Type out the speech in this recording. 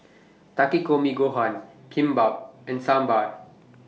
Takikomi Gohan Kimbap and Sambar